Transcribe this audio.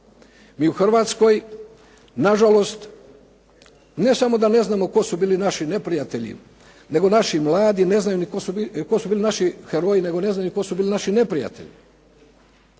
Mi u Hrvatskoj nažalost ne samo da ne znamo tko su bili naši neprijatelji, nego naši mladi ne znaju ni tko su bili naši heroji, nego ne znaju ni tko su bili naši neprijatelji.